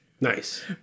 Nice